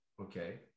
Okay